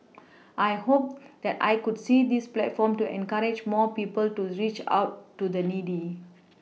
I hope that I could see this platform to encourage more people to reach out to the needy